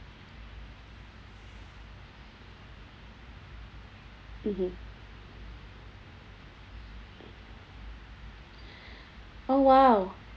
mmhmm oh !wow!